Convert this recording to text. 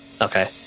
Okay